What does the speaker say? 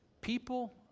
people